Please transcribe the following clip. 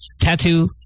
Tattoo